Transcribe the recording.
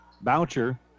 Boucher